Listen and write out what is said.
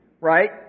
right